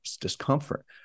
discomfort